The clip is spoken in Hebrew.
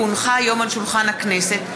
כי הונחה היום על שולחן הכנסת,